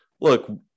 look